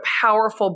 powerful